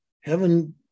heaven